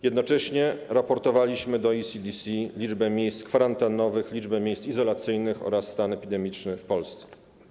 Jednocześnie raportowaliśmy do ECDC, jeśli chodzi o liczbę miejsc kwarantannowych, liczbę miejsc izolacyjnych oraz stan epidemiczny w Polsce.